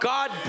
God